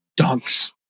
dunks